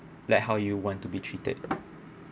like how you want to be treated